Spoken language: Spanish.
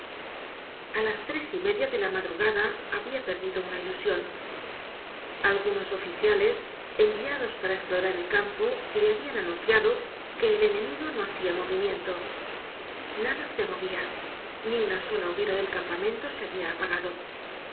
a las tres y media de la madrugada habia perdido una ilusion algunos oficiales enviados para esplorar el campo le habian anunciado que el enemigo no hacia movimiento nada se movia ni una sola hoguera del campamento se habia apagado